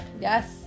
Yes